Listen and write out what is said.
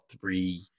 three